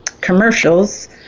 commercials